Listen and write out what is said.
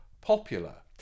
popular